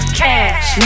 cash